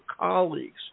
colleagues